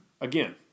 again